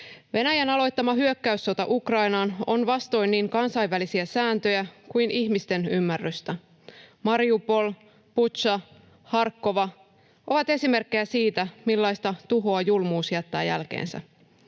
Venäjän aloittama hyökkäyssota Ukrainaan on vastoin niin kansainvälisiä sääntöjä kuin ihmisten ymmärrystä. Mariupol, Butša ja Harkova ovat esimerkkejä siitä, millaista tuhoa julmuus jättää jälkeensä.